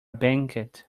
banquet